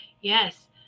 yes